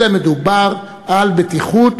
אלא מדובר על בטיחות